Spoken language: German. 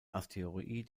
asteroid